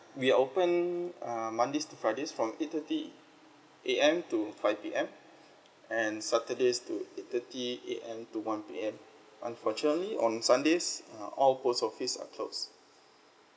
we are open um mondays to fridays from eight thirty A_M to five P_M and saturday is eight thirty A_M to one P_M unfortunately on sundays uh all post office are closed